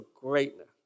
greatness